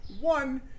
One